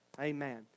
Amen